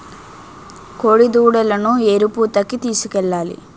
కోడిదూడలను ఎరుపూతకి తీసుకెళ్లాలి